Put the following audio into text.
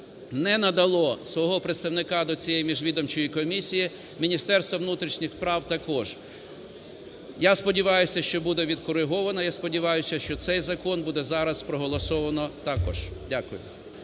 не надало свого представника до цієї міжвідомчої комісії, Міністерство внутрішніх справ також. Я сподіваюсь, що буде відкориговано, я сподіваюся, що цей закон буде зараз проголосовано також. Дякую.